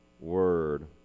word